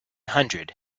hundred